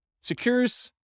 secures